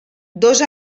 dos